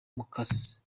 mukase